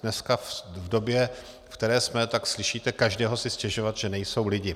Dneska v době, ve které jsme, slyšíte každého si stěžovat, že nejsou lidi.